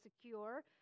secure